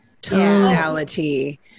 tonality